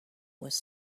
was